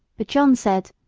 but john said,